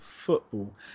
Football